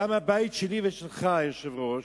גם הבית שלי ושלך, היושב-ראש,